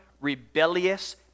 rebellious